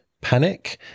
panic